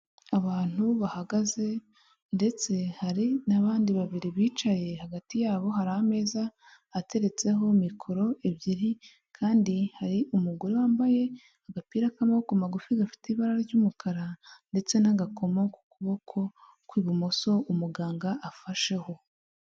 Abantu bahagaze ndetse hari n'abandi babiri bicaye hagati yabo hari ameza ateretseho mikoro ebyiri, kandi hari umugore wambaye agapira k'amaboko magufi gafite ibara ry'umukara ndetse n'agakoma ku kuboko kw'ibumoso umuganga afasheho.